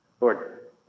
Lord